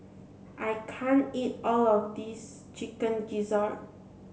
I can't eat all of this chicken gizzard